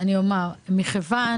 אני מכירה את